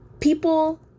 people